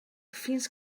fins